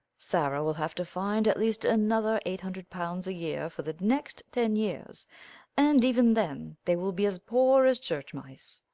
sarah will have to find at least another eight hundred pounds a year for the next ten years and even then they will be as poor as church mice.